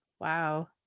Wow